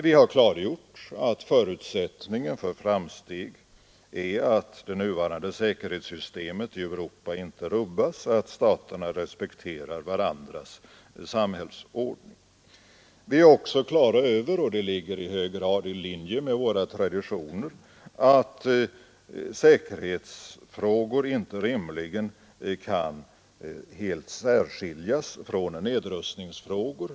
Vi har klargjort att förutsättningen för framsteg är att det nuvarande säkerhetssystemet i Europa inte rubbas, att staterna respekterar varandras samhällsordning. Vi är också klara över — och det ligger i hög grad i linje med våra traditioner — att säkerhetsfrågor inte rimligen kan helt särskiljas från nedrustningsfrågor.